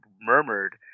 murmured